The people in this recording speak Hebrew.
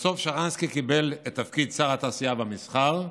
בסוף שרנסקי קיבל את תפקיד שר התעשייה והמסחר,